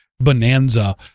bonanza